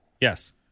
yes